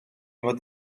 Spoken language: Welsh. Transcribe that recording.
fod